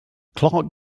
clark